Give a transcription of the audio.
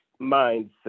mindset